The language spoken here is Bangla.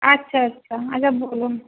আচ্ছা আচ্ছা আচ্ছা বলুন